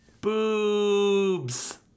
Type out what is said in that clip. Boobs